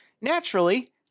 naturally